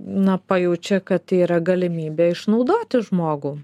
na pajaučia kad yra galimybė išnaudoti žmogų